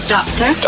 Doctor